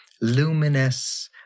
luminous